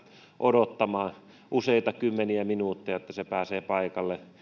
odottamaan useita kymmeniä minuutteja että se pääsee paikalle